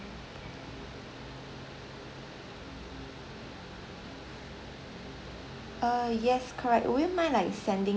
uh yes correct will you mind like sending